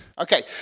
Okay